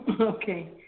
okay